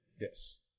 Yes